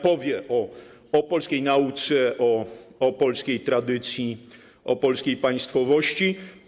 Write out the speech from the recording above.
Powie o polskiej nauce, o polskiej tradycji, o polskiej państwowości.